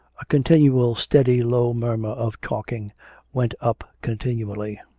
a continual steady low murmur of talking went up continually.